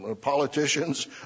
politicians